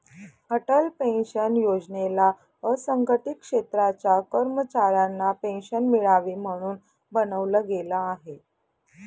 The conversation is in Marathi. अटल पेन्शन योजनेला असंघटित क्षेत्राच्या कर्मचाऱ्यांना पेन्शन मिळावी, म्हणून बनवलं गेलं आहे